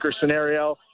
scenario